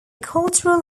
cultural